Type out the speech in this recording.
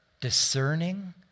discerning